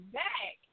back